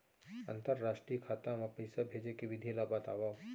अंतरराष्ट्रीय खाता मा पइसा भेजे के विधि ला बतावव?